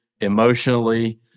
emotionally